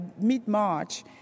mid-March